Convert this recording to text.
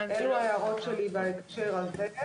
אלה ההערות שלי בהקשר הזה.